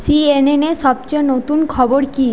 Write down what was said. সিএনেনে সবচেয়ে নতুন খবর কী